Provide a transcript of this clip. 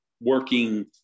working